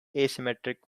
asymmetric